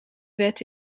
wet